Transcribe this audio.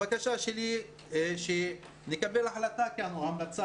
הבקשה שלי היא שנקבל כאן החלטה או המלצה